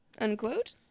unquote